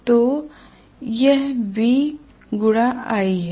तो यह का गुणा है